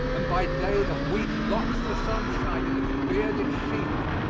and by day the wheat locks the sunshine in its bearded sheaf.